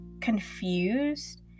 confused